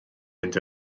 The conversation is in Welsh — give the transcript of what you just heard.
mynd